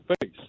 face